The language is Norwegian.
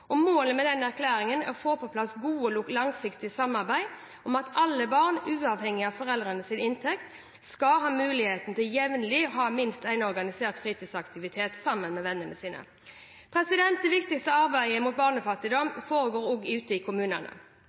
og KS. Målet med erklæringen er å få på plass et godt og langsiktig samarbeid om at alle barn, uavhengig av foreldrenes inntekt, skal ha mulighet til jevnlig å delta i minst én organisert fritidsaktivitet sammen med vennene sine. Det viktigste arbeidet mot barnefattigdom foregår ute i kommunene.